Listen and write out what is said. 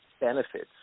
benefits